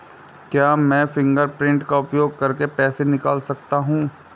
क्या मैं फ़िंगरप्रिंट का उपयोग करके पैसे निकाल सकता हूँ?